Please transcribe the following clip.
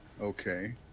okay